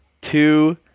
Two